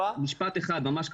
משפט אחד, ממש קצר.